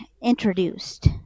introduced